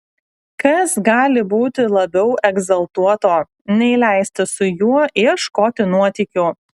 kas gali būti labiau egzaltuoto nei leistis su juo ieškoti nuotykių